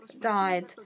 died